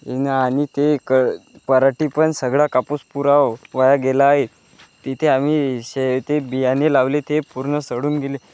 न आणि ते क पराटीत पण सगळा कापूस पुरात वाया गेला आहे तिथे आम्ही शे ते बियाणे लावले ते पूर्ण सडून गेले